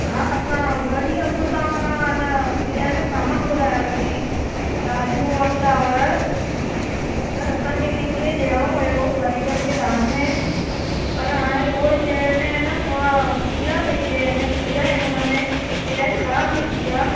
हा असां ॿ ॾींअं अॻु तहां खां अनि किरयाने जो समान घुराए हो सी दालियूं और चांवर त असांखे केंखे ॾेअणो हुयो गरीबनि खे दान में पर हाणे उअ शै में है न थोड़ा कीड़ा पेजी विया इन कीड़ा आइन हुनमें ख़राबु निकती आ